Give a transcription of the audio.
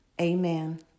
Amen